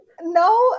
No